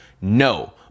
No